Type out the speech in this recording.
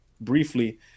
briefly